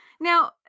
Now